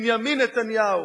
בנימין נתניהו.